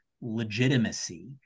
legitimacy